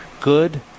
Good